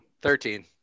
Thirteen